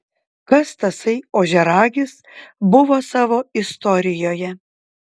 kas tasai ožiaragis buvo savo istorijoje